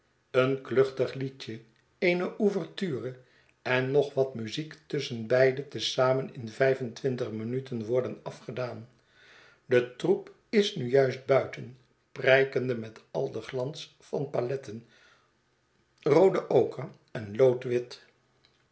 een kluchtig liedje eene ouverture en nog wat muziek tusschen beide te zamen in vijfen twintig minuten worpen afgedaan de troep is nu juist buiten prijkende met al den glans van paletten roode oker en loodwit